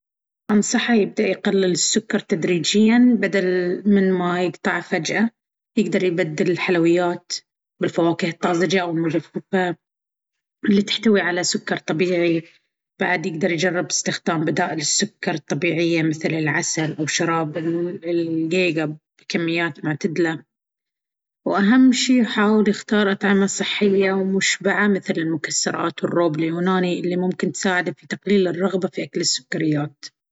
أنصحه يبدأ يقلل السكر تدريجياً بدل من ما يقطعه فجأة. يقدر يبدل الحلويات بالفواكه الطازجة أو المجففة اللي تحتوي على سكر طبيعي. بعد، يقدر يجرب استخدام بدائل السكر الطبيعية مثل العسل أو شراب القيقب بكميات معتدلة. وأهم شي، يحاول يختار أطعمة صحية ومشبعة مثل المكسرات والروب اليوناني، اللي ممكن تساعده في تقليل الرغبة في اكل السكريات.